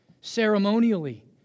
Ceremonially